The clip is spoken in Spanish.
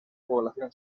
población